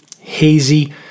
hazy